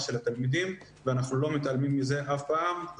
של התלמידים ואנחנו לא מתעלמים מזה אף פעם.